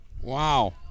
Wow